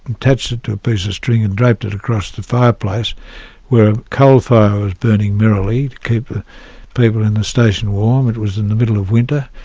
attached it to a piece of string and draped it across the fireplace where a coal fire was burning merrily to keep the people in the station warm it was in the middle of winter.